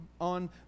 on